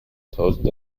thousand